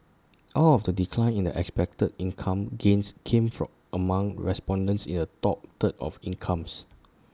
all of the decline in expected income gains came from among respondents in the top third of incomes